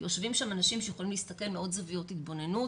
כי יושבים שם אנשים שיכולים להסתכל מעוד זוויות התבוננות,